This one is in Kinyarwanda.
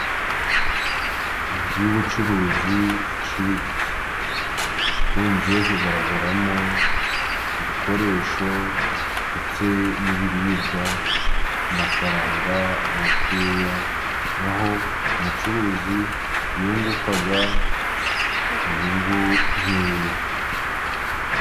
Inzu y'ubucuruzi iciriritse ikunze kugaragaramo udukoresho ndetse n'ibiribwa ku mafaranga makeya, n'aho umucuruzi yunguka inyungu nkeya.